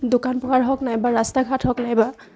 দোকান পোহাৰ হওক নাইবা ৰাস্তা ঘাট হওক নাইবা